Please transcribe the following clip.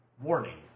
Warning